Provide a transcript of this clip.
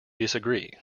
disagree